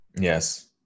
Yes